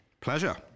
Pleasure